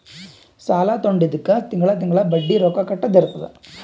ಸಾಲಾ ತೊಂಡಿದ್ದುಕ್ ತಿಂಗಳಾ ತಿಂಗಳಾ ಬಡ್ಡಿ ರೊಕ್ಕಾ ಕಟ್ಟದ್ ಇರ್ತುದ್